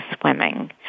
swimming